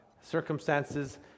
Circumstances